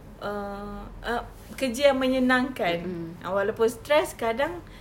err uh kerja yang menyenangkan walaupun stress kadang